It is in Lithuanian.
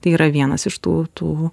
tai yra vienas iš tų tų